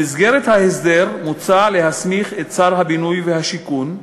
במסגרת ההסדר, מוצע להסמיך את שר הבינוי והשיכון,